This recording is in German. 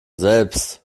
selbst